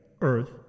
earth